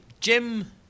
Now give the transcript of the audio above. Jim